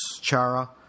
chara